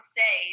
say